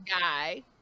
guy